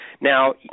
Now